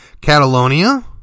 Catalonia